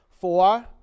Four